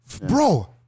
bro